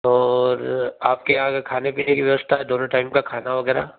और आपके यहाँ का खाने पीने की व्यवस्था दोनों टाइम का खाना वगैरह